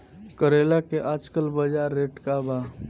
करेला के आजकल बजार रेट का बा?